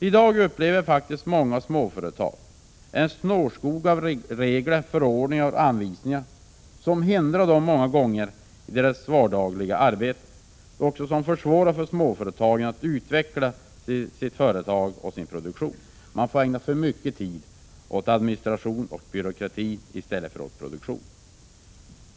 I dag möts faktiskt småföretagarna ofta av en snårskog av regler, förordningar och anvisningar som många gånger hindrar dem i deras vardagliga arbete och försvårar för dem att utveckla företaget och produktionen; man får ägna för mycket tid åt administration och byråkrati i stället för åt produktion.